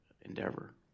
endeavor